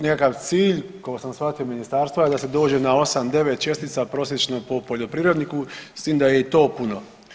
Nekakav cilj koliko sam shvatio Ministarstva je da se dođe na 8, 9 čestica prosječno po poljoprivredniku s tim da je i to puno.